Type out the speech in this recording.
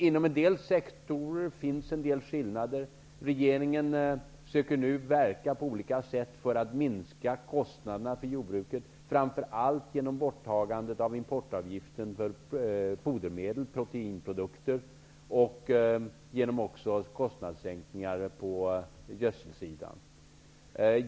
Inom en del sektorer finns några skillnader. Regeringen söker nu på olika sätt verka för att minska kostnaderna för jordbruket framför allt genom borttagandet av importavgiften på fodermedel och proteinprodukter samt genom kostnadssänkningar på gödsel.